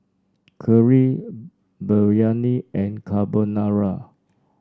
Kheer Biryani and Carbonara